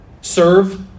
Serve